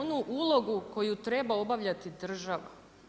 onu ulogu koju treba obavljati država.